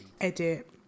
edit